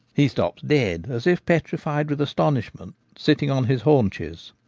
he stops dead, as if petrified with astonishment, sitting on his haunches.